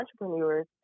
entrepreneurs